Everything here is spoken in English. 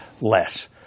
less